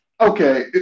okay